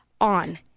on